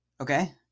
Okay